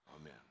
Amen